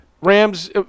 Rams –